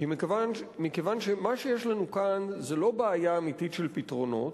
מכיוון שמה שיש לנו כאן זו לא בעיה אמיתית של פתרונות,